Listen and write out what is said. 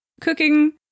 cooking